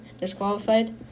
disqualified